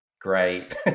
great